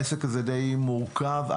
הוא די מורכב.